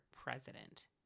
president